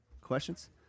questions